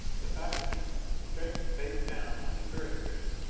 beside anita, stretched face down on the turret grid,